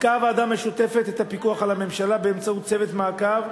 הידקה הוועדה המשותפת את הפיקוח על הממשלה באמצעות צוות מעקב,